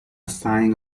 sign